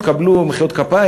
תקבלו מחיאות כפיים,